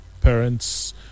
parents